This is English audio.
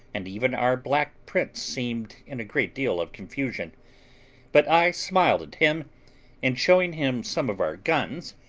and even our black prince seemed in a great deal of confusion but i smiled at him and showing him some of our guns,